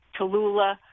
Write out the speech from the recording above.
Tallulah